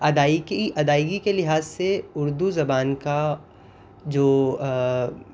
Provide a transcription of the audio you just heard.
ادائیگی ادائیگی کے لحاظ سے اردو زبان کا جو